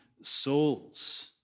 souls